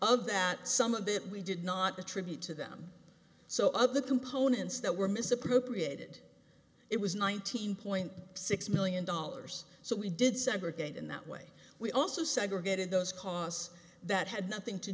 of that some of it we did not attribute to them so of the components that were misappropriated it was nineteen point six million dollars so we did segregate in that way we also segregated those costs that had nothing to